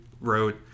wrote